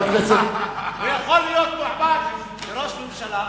הוא יכול להיות מועמד לראשות הממשלה,